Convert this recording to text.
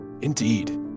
Indeed